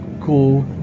cool